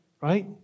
Right